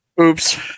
Oops